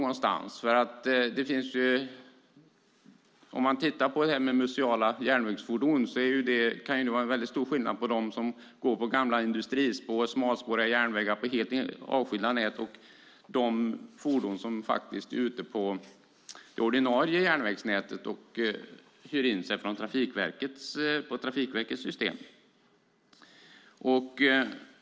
Om man tittar på museala järnvägsfordon kan det vara stor skillnad mellan de fordon som går på gamla industrispår, på smalspåriga järnvägar på helt avskilda nät och de fordon som faktiskt är ute på det ordinarie järnvägsnätet och hyr in sig på Trafikverkets system.